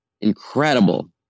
incredible